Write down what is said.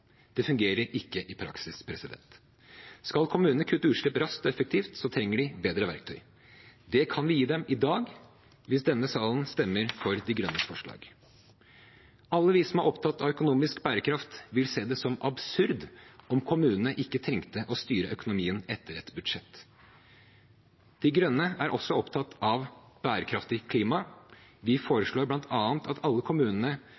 Det fungerer ikke i praksis. Skal kommunene kutte utslipp raskt og effektivt, trenger de bedre verktøy. Det kan vi gi dem i dag hvis denne salen stemmer for Miljøpartiet De Grønnes forslag. Alle vi som er opptatt av økonomisk bærekraft, ville se det som absurd om kommunene ikke trengte å styre økonomien etter et budsjett. Miljøpartiet De Grønne er også opptatt av bærekraftig klima. Vi foreslår bl.a. at alle kommunene